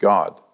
God